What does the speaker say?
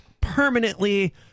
permanently